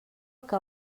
que